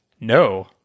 No